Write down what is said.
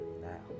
now